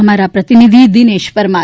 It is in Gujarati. અમારા પ્રતિનિધિ દિનેશ પરમાર